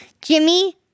Jimmy